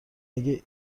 اگه